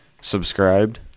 subscribed